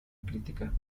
crítica